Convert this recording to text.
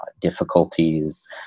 difficulties